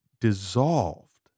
dissolved